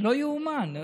לא יאומן.